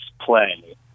play